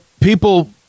people